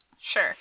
Sure